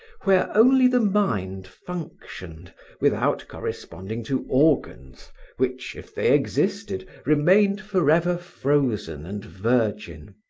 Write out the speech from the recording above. where only the mind functioned without corresponding to organs which, if they existed, remained forever frozen and virgin.